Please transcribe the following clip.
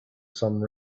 some